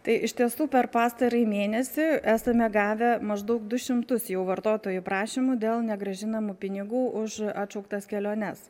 tai iš tiesų per pastarąjį mėnesį esame gavę maždaug du šimtus jau vartotojų prašymų dėl negrąžinamų pinigų už atšauktas keliones